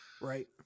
Right